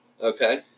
Okay